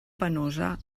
penosa